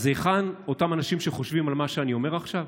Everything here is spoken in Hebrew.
אז היכן אותם אנשים שחושבים על מה שאני אומר עכשיו?